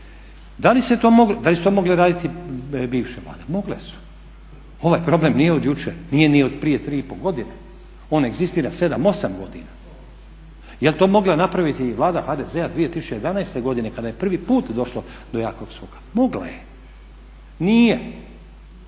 Da li su to mogle raditi bivše Vlade? Mogle su, ovaj problem nije od jučer, nije ni od prije 3,5 godine, on egzistira 7, 8 godina. Je li to mogla napraviti i Vlada HDZ-a 2011. godine kada je prvi put došlo do jakog skoka? Mogla je. Nije,